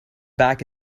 back